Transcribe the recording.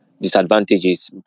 disadvantages